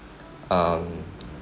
um